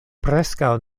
preskaŭ